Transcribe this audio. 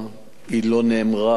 היא לא נאמרה לא על-ידי,